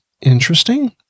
interesting